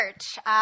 church